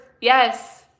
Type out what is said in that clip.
yes